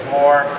more